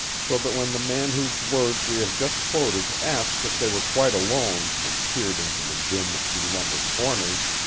so that when the man whose words we have just quoted asked if they were quite alone and peered into the dim, belumbered corners,